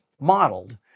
modeled